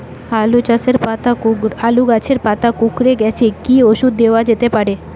আলু গাছের পাতা কুকরে গেছে কি ঔষধ দেওয়া যেতে পারে?